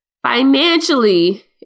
Financially